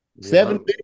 Seven